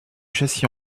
châssis